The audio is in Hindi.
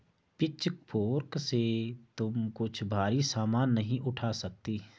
पिचफोर्क से तुम कुछ भारी सामान नहीं उठा सकती